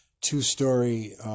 two-story